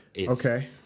Okay